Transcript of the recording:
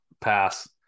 pass